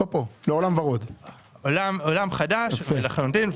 עולם חדש לחלוטין,